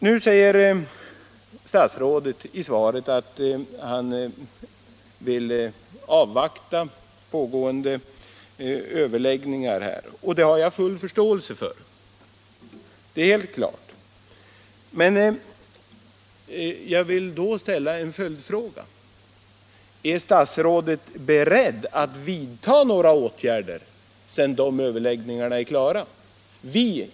Nu säger statsrådet i svaret att han vill avvakta pågående överlägg Nr 129 ningar. Det har jag full förståelse för. Men jag vill ställa en följdfråga: Torsdagen den År statsrådet beredd att vidta några åtgärder sedan de överläggningarna 12 maj 1977 är klara?